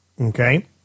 Okay